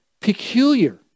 peculiar